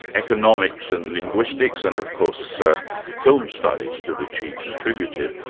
economics and linguistics and of course ah film studies, to which he contributed.